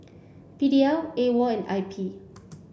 P D L AWOL and I P